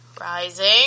Rising